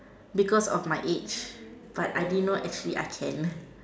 because of my age but I didn't know actually I can